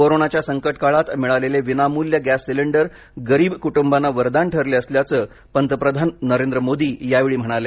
कोरोनाच्या संकटकाळात मिळालेले विनामूल्य गॅस सिलेंडर गरीब कुटुंबांना वरदान ठरले असल्याचं पंतप्रधान नरेंद्र मोदी यावेळी म्हणाले